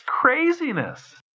craziness